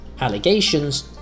allegations